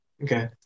Okay